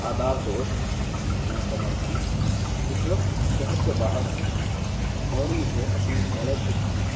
آداب دوست میں قمر ہوں اس وقت شہر سے باہر ہوں اور مجھے اپنی اسکالرشپ کی